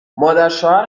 مادرشوهر